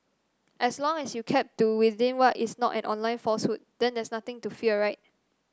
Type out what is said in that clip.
so long as you keep to within what is not an online falsehood then there's nothing to fear right